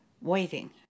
waiting